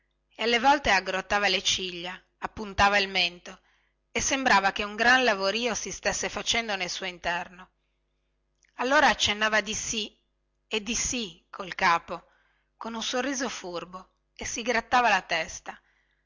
e alle volte aggrottava le ciglia appuntava il mento e sembrava che un gran lavorìo si stesse facendo nel suo interno allora accennava di sì e di sì col capo con un sorriso furbo e si grattava la testa